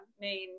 main